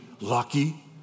Lucky